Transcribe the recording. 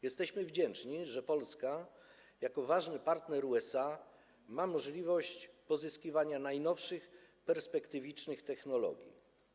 Jesteśmy wdzięczni, że Polska jako ważny partner USA ma możliwość pozyskiwania najnowszych perspektywicznych technologii.